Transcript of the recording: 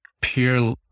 Peer